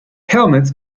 helmets